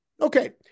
Okay